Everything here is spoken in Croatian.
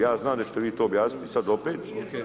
Ja znam da ćete vi to objasniti sad opet.